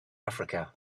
africa